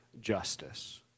justice